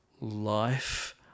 life